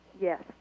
Yes